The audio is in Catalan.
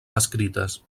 descrites